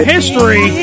History